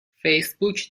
فیسبوک